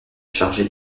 chargé